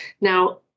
Now